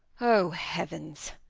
o heavens!